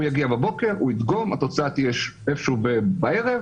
הוא יגיע בבוקר, הוא ידגום, התוצאה שוב בערב,